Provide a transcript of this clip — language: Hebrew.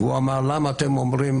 הוא אמר: למה אתם אומרים,